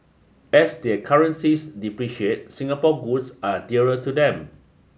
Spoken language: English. as their currencies depreciate Singapore goods are dearer to them